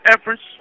efforts